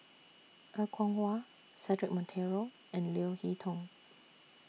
Er Kwong Wah Cedric Monteiro and Leo Hee Tong